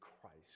Christ